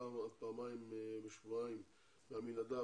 פעמיים בשבועיים בעמינדב,